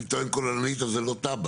אם תואם כוללנית אז זה לא תב"ע.